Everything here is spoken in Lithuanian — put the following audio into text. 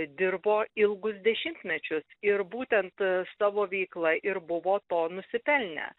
dirbo ilgus dešimtmečius ir būtent savo veikla ir buvo to nusipelnę